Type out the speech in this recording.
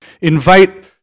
Invite